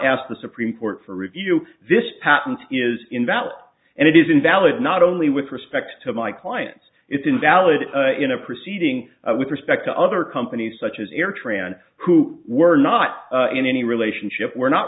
asked the supreme court for review this patent is invalid and it is invalid not only with respect to my clients it's invalid in a proceeding with respect to other companies such as air tran who were not in any relationship were not